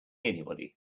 anybody